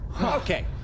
Okay